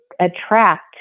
attract